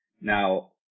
Now